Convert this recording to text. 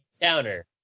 downer